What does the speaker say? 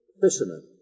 fishermen